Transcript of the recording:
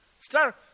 Start